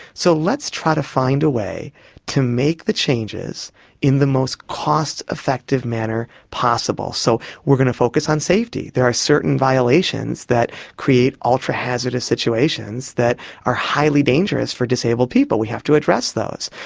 so let's try to find a way to make the changes in the most cost-effective manner possible. so we're going to focus on safety. there are certain violations that create ultra hazardous situations that are highly dangerous for disabled people, we have to address those.